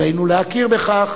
עלינו להכיר בכך